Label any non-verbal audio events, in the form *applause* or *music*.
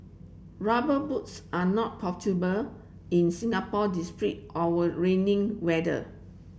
rubber boots are not *unintelligible* in Singapore *unintelligible* our raining weather